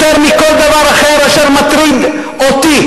יותר מכל דבר אחר אשר מטריד אותי,